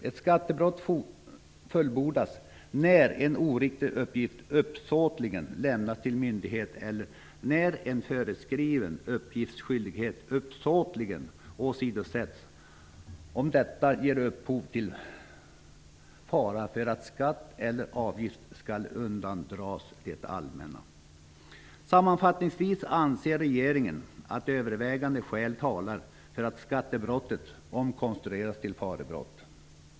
Ett skattebrott fullbordas när en oriktig uppgift uppsåtligen lämnas till myndighet eller när en föreskriven uppgiftsskyldighet uppsåtligen åsidosätts, om detta ger upphov till fara för att skatt eller avgift skall undandras det allmänna. Sammanfattningsvis anser regeringen att övervägande skäl talar för att skattebrottet omkonstrueras till ett farebrott.